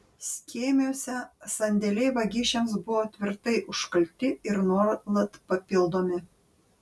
skėmiuose sandėliai vagišiams buvo tvirtai užkalti ir nuolat papildomi